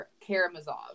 Karamazov